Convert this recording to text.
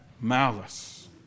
malice